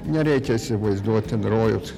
nereikia įsivaizduot ten rojaus